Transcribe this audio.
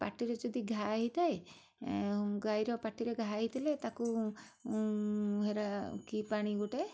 ପାଟିରେ ଯଦି ଘା ହେଇଥାଏ ଏଁ ଗାଈର ପାଟିରେ ଘା ହୋଇଥିଲେ ତାକୁ ହେଟା କି ପାଣି ଗୋଟେ